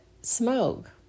smoke